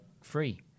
free